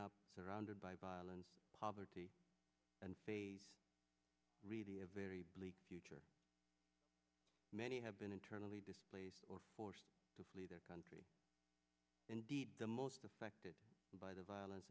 up surrounded by violence poverty and a really a very bleak future many have been internally displaced or forced to flee their country indeed the most affected by the violence